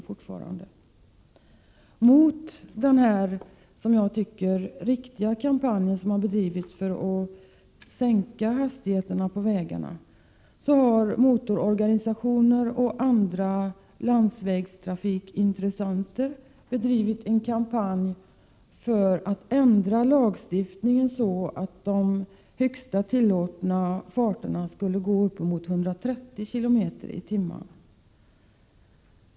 Samtidigt med denna, som jag tycker, riktiga kampanj som bedrivits för att sänka hastigheterna på vägarna har motororganisationer och andra landsvägstrafikintressenter bedrivit en kampanj för att höja de högsta tillåtna hastighetsgränserna till 130 km/tim.